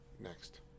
next